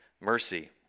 mercy